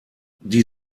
die